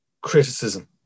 criticism